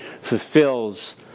fulfills